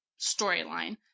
storyline